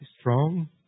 strong